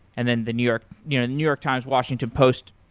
and then the new york you know new york times, washington post,